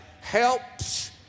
helps